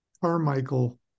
Carmichael